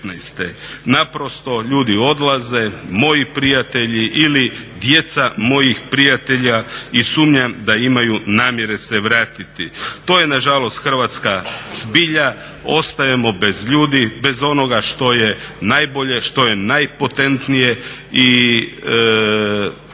Naprosto ljudi odlaze, moji prijatelji ili djeca mojih prijatelja i sumnjam da imaju namjere se vratiti. To je nažalost Hrvatska zbilja, ostajemo bez ljudi, bez onoga što je najbolje, što je najpotentnije. I kada ne